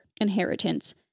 inheritance